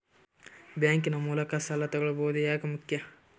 Bank ನ ಮೂಲಕ ಸಾಲ ತಗೊಳ್ಳೋದು ಯಾಕ ಮುಖ್ಯ?